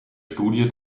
studie